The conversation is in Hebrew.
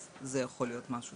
אז זה יכול להיות משהו